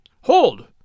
Hold